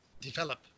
develop